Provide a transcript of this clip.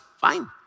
Fine